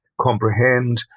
comprehend